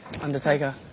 Undertaker